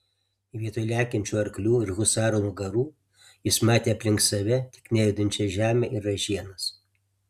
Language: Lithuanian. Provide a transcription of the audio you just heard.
vietoj lekiančių arklių ir husarų nugarų jis matė aplink save tik nejudančią žemę ir ražienas